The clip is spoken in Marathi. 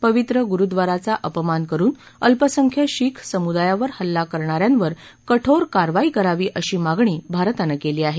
पवित्र गुरुद्वाराचा अपमान करुन अल्पसंख्य शीख समुदायावर हल्ला करणाऱ्यांवर कठोर कारवाई करावी अशी मागणी भारतानं केली आहे